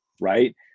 Right